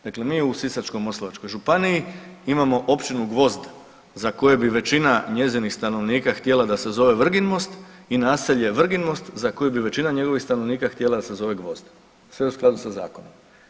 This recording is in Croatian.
Dakle, mi u Sisačko-moslavačkoj županiji imamo općinu Gvozd za koju bi većina njezinih stanovnika htjela da se zove Vrginmost i naselje Vrginmost za koje bi većina njegovih stanovnika htjela da se zove Gvozd, sve u skladu sa zakonom.